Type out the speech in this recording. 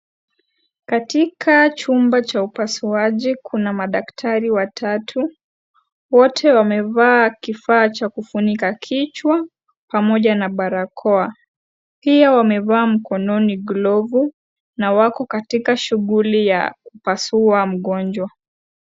Katika chumba cha upasuaji, kuna madaktari watatu. Wote wamevaa kifaa cha kufunika kichwa, pamoja na barakoa. Pia wamevaa mikononi glovu na wako katika shughuli ya kupasua mgonjwa.